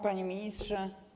Panie Ministrze!